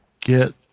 get